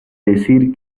decir